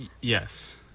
Yes